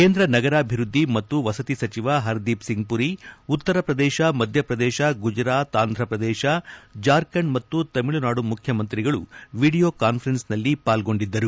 ಕೇಂದ್ರ ನಗರಾಭಿವೃದ್ದಿ ಮತ್ತು ವಸತಿ ಸಚಿವ ಹರ್ ದೀಪ್ ಸಿಂಗ್ ಮರಿ ಉತ್ತರ ಪ್ರದೇಶ ಮಧ್ಯಪ್ರದೇಶ ಗುಜರಾತ್ ಆಂಧ್ರಪ್ರದೇಶ ಜಾರ್ಖಂಡ್ ಮತ್ತು ತಮಿಳುನಾಡು ಮುಖ್ಯಮಂತ್ರಿಗಳು ವಿಡಿಯೋ ಕಾನ್ವರೆನ್ಸ್ ನಲ್ಲಿ ಪಾಲ್ಗೊಂಡಿದ್ದರು